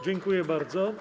Dziękuję bardzo.